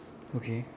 okay